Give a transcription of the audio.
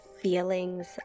feelings